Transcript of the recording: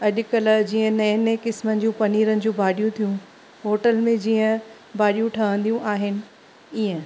अॼुकल्ह जीअं नएं नएं क़िस्मनि जूं पनीरनि जी भाॼियूं थियूं होटल में जीअं भाॼियूं ठहंदियूं आहिनि ईअं